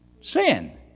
sin